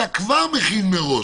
אתה כבר מכין מראש.